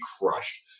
crushed